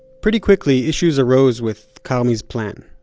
pretty quickly issues arose with karmi's plan.